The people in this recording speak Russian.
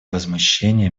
возмущение